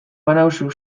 banauzu